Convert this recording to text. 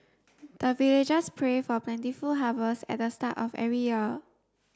the villagers pray for plentiful harvest at the start of every year